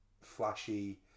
flashy